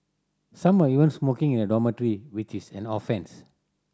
some were even smoking in the dormitory which is an offence